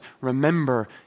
remember